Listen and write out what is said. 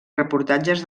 reportatges